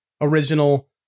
original